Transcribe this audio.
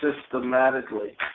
systematically